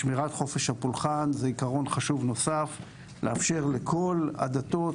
שמירת חופש הפולחן זה עיקרון חשוב נוסף לאפשר לכל הדתות,